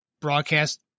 broadcast